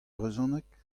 brezhoneg